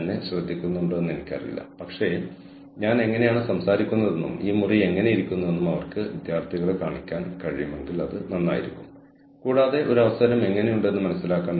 നിങ്ങൾ ഈ washing machine വാങ്ങുകയാണെങ്കിൽ ഞങ്ങളുടെ സ്ഥാപനത്തിൽ നിന്നുള്ള ആരെങ്കിലും വന്ന് ഒരു വർഷത്തേക്കോ രണ്ട് വർഷത്തേക്കോ സൌജന്യമായി അത് നന്നാക്കും കൂടാതെ അധിക ഭാഗങ്ങൾക്ക് മാത്രം നിങ്ങളിൽ നിന്ന് നിരക്ക് ഈടാക്കും